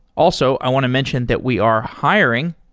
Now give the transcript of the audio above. also, i want to mention that we are hiring.